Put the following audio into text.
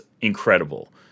incredible